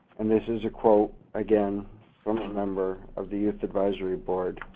and this is a quote again from a member of the youth advisory board,